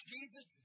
Jesus